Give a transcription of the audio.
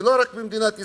ולא רק במדינת ישראל,